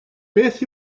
beth